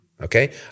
okay